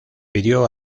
pidió